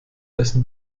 dessen